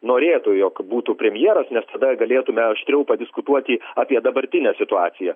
norėtų jog būtų premjeras nes tada galėtume aštriau padiskutuoti apie dabartinę situaciją